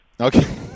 Okay